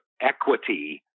equity